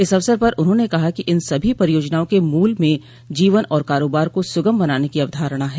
इस अवसर पर उन्होंने कहा कि इन सभी परियोजनाओं के मूल में जीवन और कारोबार को सुगम बनाने की अवधारणा है